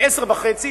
ב-10:30,